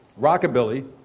Rockabilly